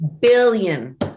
billion